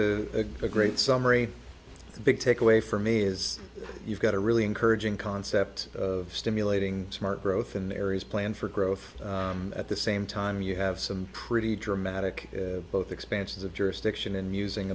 a great summary big takeaway for me is you've got a really encouraging concept of stimulating smart growth in the areas plan for growth at the same time you have some pretty dramatic both expansions of jurisdiction and musing